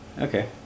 Okay